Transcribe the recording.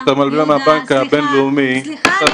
כשאתה מגיע מהבנק הבינלאומי --- סליחה,